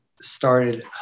started